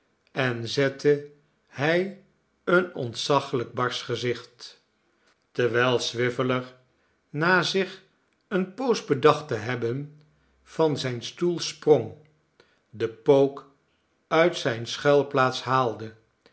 en zette hij een ontzaglijk barsch gezicht terwijl swiveller na zich eene poos bedacht te hebben van zijn stoel sprong den pook uit zijne schuilplaats haalde